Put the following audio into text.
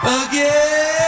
again